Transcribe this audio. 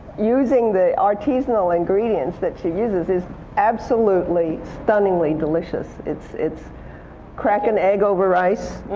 using the artisanal ingredients that she uses, is absolutely, stunningly delicious. it's it's crack an egg over rice,